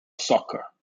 soccer